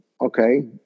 okay